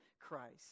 Christ